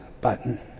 button